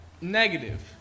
negative